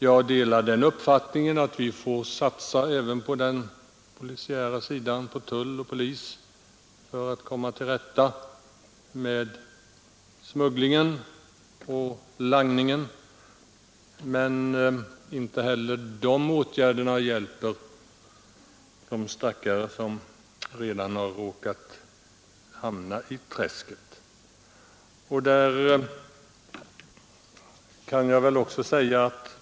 Jag delar den uppfattningen att vi får satsa såväl på den polisiära sidan som på tullmyndigheterna för att komma till rätta med smugglingen och langningen. Men inte heller dessa åtgärder hjälper de stackare, som redan råkat hamna i träsket.